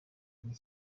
n’i